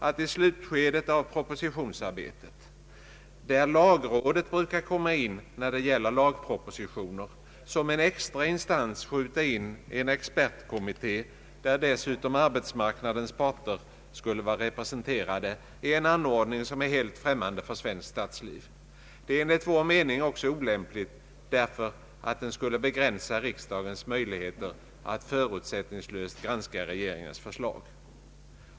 Att i slutskedet av propositionsarbetet — där lagrådet brukar komma in när det gäller lagpropositioner — som en extra instans skjuta in en expertkommitté, där dessutom <arbetsmarknadens parter skulle vara representerade, är en anordning som är helt främmande för svenskt statsliv. Den är enligt vår mening också olämplig därför att den skulle begränsa riksdagens möjligheter att förutsättningslöst granska regeringens förslag.